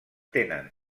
tenen